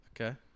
Okay